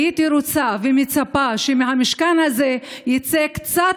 הייתי רוצה ומצפה שמהמשכן הזה יצא קצת